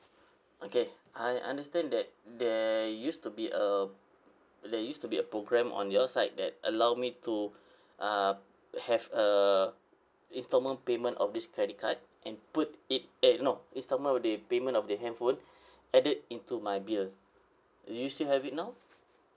okay I understand that there used to be a there used to be a program on your side that allow me to uh have uh instalment payment of this credit card and put it eh no instalment of the payment of the handphone added into my bill do you still have it now